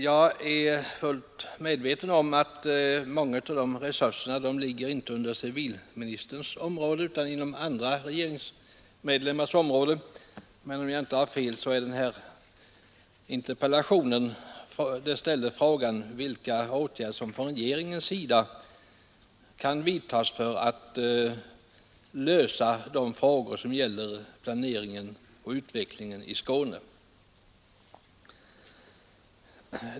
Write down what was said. Jag är fullt medveten om att många av de resurserna inte ligger inom civilministerns område utan inom andra regeringsmedlemmars områden, men om jag inte har fel så ställdes i interpellationen frågan om vilka åtgärder som från regeringens sida kan vidtas för att lösa de problem som gäller planeringen och utvecklingen i Skåne.